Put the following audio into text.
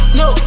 no